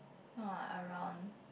no ah around